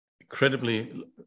incredibly